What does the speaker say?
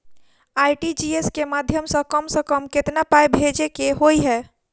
RTGS केँ माध्यम सँ कम सऽ कम केतना पाय भेजे केँ होइ हय?